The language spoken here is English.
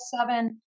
seven